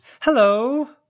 Hello